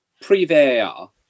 pre-VAR